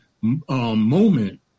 moment